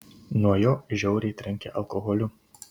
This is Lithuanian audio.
nuo jo žiauriai trenkia alkoholiu